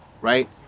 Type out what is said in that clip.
Right